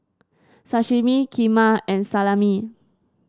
Sashimi Kheema and Salami